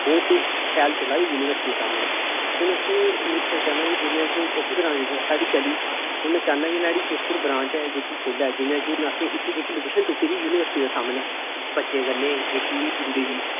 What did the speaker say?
ओह् ते शैल चला दी युनिवर्सिटी दे सामनै हुन उसी में सोचा ना कि ओह्की ब्रांच साढ़ी चली हून में चाह्न्नां न्हाड़ी इक होर ब्रांच ऐ जेह्की खुलै जियां कि असें जेह्की लोकेशन तुप्पी दी युनिवर्सिटी दे सामनै बच्चें कन्नै जेह्की जुड़े दे